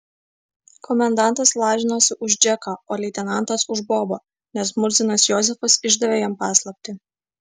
komendantas lažinosi už džeką o leitenantas už bobą nes murzinas jozefas išdavė jam paslaptį